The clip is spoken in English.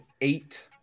eight